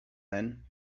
then